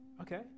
okay